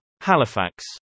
Halifax